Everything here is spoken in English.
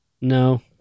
No